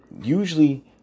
usually